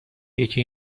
یکی